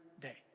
day